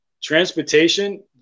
transportation